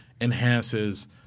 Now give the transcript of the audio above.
enhances